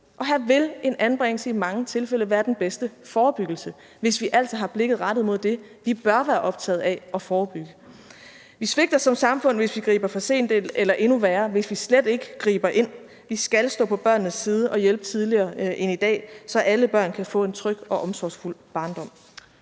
Og her vil en anbringelse i mange tilfælde være den bedste forebyggelse, hvis vi altså har blikket rettet mod det, vi bør være optaget af – at forebygge. Vi svigter som samfund, hvis vi griber for sent ind, eller endnu være, hvis vi slet ikke griber ind. Vi skal stå på børnenes side og hjælpe tidligere end i dag, så alle børn kan få en tryg og omsorgsfuld barndom.